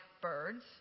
birds